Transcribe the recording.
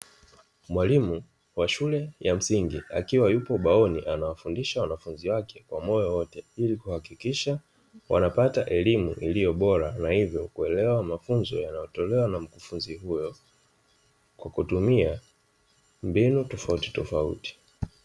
Mwalimu wa shule ya msingi, akiwa yupo ubaoni anawafundisha wanafunzi wake kwa moyo wote, ili kuhakikisha wanapata elimu iliyo bora na hivyo kuelewa mafunzo yanayotolewa na mkufunzi huyo, kwa kutumia mbinu tofautitofauti.